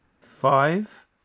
five